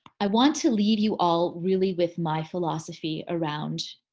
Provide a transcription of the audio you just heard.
i want to leave you all really with my philosophy around